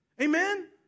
Amen